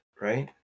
right